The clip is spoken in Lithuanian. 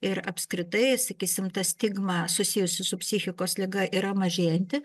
ir apskritai sakysim ta stigma susijusi su psichikos liga yra mažėjanti